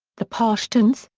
the pashtuns,